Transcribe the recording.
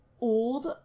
old